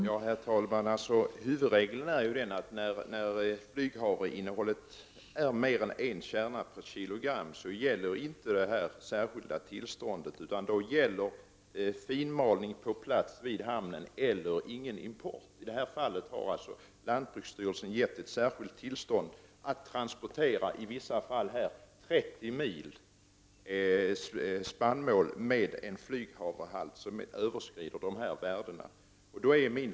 Herr talman! Huvudregeln är att när flyghavreinnehållet är mer än en kärna per kilo gäller inte det särskilda tillståndet, utan då gäller finmalning på plats i hamnen eller ingen import. Här har lantbruksstyrelsen givit ett särskilt tillstånd att transportera spannmål med en flyghavrehalt som överskrider dessa värden, i vissa fall 30 mil.